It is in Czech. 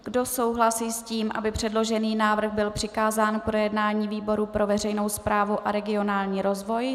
Kdo souhlasí s tím, aby předložený návrh byl přikázán k projednání výboru pro veřejnou správu a regionální rozvoj?